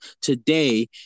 today